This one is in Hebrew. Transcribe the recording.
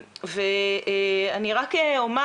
ואני רק אומר,